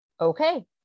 Okay